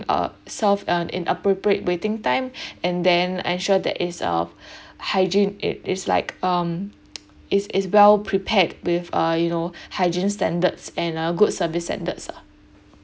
uh served um in appropriate waiting time and then ensure there is uh hygiene it is like um is is well prepared with uh you know hygiene standards and uh good service standards lah